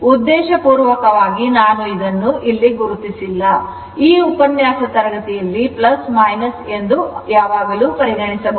ಉದ್ದೇಶಪೂರ್ವಕವಾಗಿ ನಾನು ಇದನ್ನು ಇಲ್ಲಿ ಗುರುತಿಸಿಲ್ಲ ಈ ಉಪನ್ಯಾಸ ತರಗತಿಯಲ್ಲಿ ಎಂದು ಪರಿಗಣಿಸಬಹುದು